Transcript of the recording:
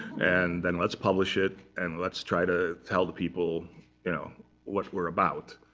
and then let's publish it. and let's try to tell the people you know what we're about.